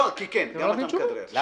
לא נותנים תשובות.